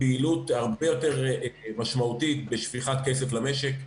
ובפעילות הרבה יותר משמעותית בשפיכת כסף למשק.